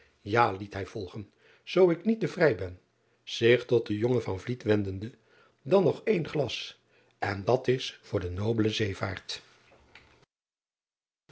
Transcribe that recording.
a liet hij volgen zoo ik niet te vrij ben zich tot den jongen wendende dan nog één glas en dat is voor de obele eevaart